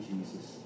Jesus